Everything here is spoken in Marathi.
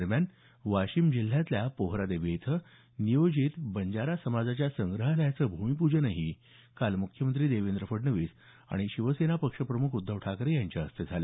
दरम्यान वाशिम जिल्ह्यातल्या पोहरादेवी इथं नियोजित बंजारा समाजाच्या संग्रहालयाचं भूमिपूजनही काल मुख्यमंत्री देवेंद्र फडणवीस आणि शिवसेना पक्षप्रमुख उद्धव ठाकरे यांच्या हस्ते झालं